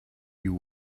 you